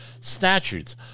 statutes